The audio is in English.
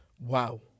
Wow